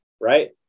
right